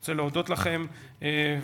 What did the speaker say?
אני רוצה להודות לכם ולאחל,